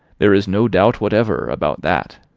there is no doubt whatever about that.